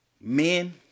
men